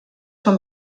són